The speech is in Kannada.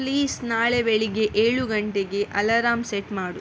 ಪ್ಲೀಸ್ ನಾಳೆ ಬೆಳಗ್ಗೆ ಏಳು ಗಂಟೆಗೆ ಅಲರಾಮ್ ಸೆಟ್ ಮಾಡು